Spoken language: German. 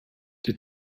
die